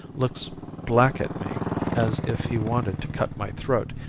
looks black at me as if he wanted to cut my throat,